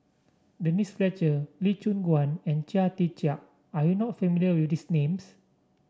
Denise Fletcher Lee Choon Guan and Chia Tee Chiak are you not familiar with these names